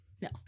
no